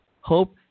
hope